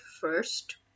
first